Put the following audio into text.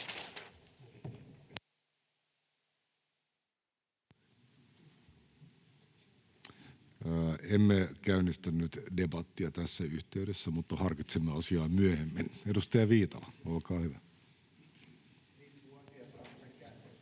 Emme käynnistä nyt debattia tässä yhteydessä, mutta harkitsemme asiaa myöhemmin. — Edustaja Viitala, olkaa hyvä. [Speech